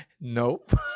Nope